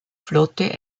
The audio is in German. flotte